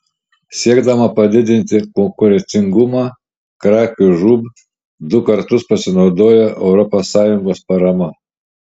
siekdama padidinti konkurencingumą krakių žūb du kartus pasinaudojo europos sąjungos parama